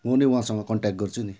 म नै उहाँसँग कन्ट्याक गर्छु नि